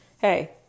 Hey